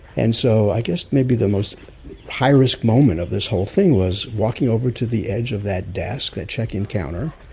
and so i guess maybe the most high risk moment of this whole thing was walking over to the edge of that desk, that check in counter,